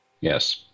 Yes